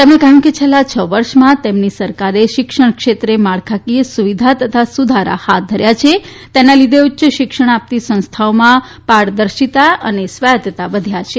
તેમણે કહ્યું કે છેલ્લાં છ વર્ષમાં તેમની સરકારે શિક્ષણ ક્ષેત્રે માળખાકીય સુવિધા તથા સુધારા હાથ ધર્યા છે તેના લીધે ઉચ્ય શિક્ષણ આપતી સંસ્થાઓમાં પારદર્શિતા અને સ્વાયત્તતા વધ્યા છે